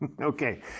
Okay